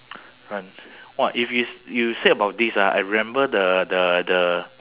run !wah! if you s~ you say about this ah I remember the the the